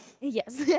Yes